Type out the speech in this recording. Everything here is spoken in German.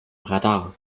radar